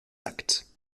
actes